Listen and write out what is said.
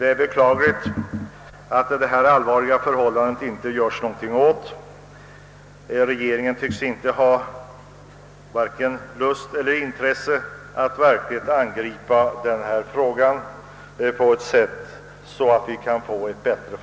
Det är beklagligt att det inte görs något åt detta allvarliga förhållande. Regeringen tycks ha varken lust eller intresse att verkligen angripa denna fråga på ett sådant sätt att förhållandena förbättras.